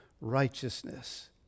righteousness